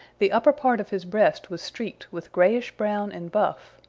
the upper part of his breast was streaked with grayish-brown and buff,